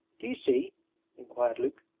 do you see inquired luke.